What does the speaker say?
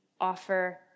offer